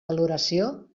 valoració